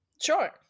Sure